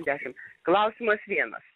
dešim klausimas vienas